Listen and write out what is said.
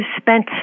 spent